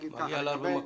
גם מגיע לה הרבה מכות.